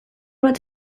bat